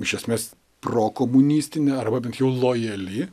iš esmės prokomunistinė arba bent jau lojali